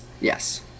yes